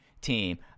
team